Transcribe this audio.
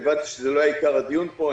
הבנתי שזה לא עיקר הדיון פה.